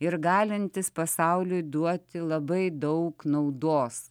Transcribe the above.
ir galintis pasauliui duoti labai daug naudos